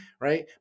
right